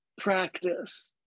practice